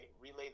relay